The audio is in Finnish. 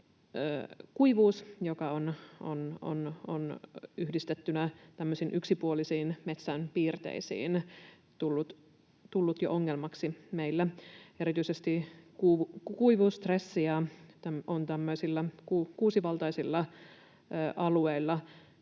kuivuus, joka on yhdistettynä tämmöisiin yksipuolisiin metsän piirteisiin tullut jo ongelmaksi meillä. Erityisesti kuivuusstressiä on tämmöisillä kuusivaltaisilla alueilla,